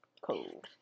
Cool